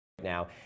now